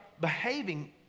behaving